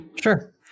Sure